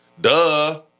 duh